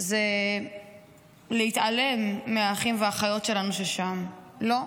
זה להתעלם מהאחים והאחיות שלנו ששם, לא.